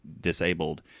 disabled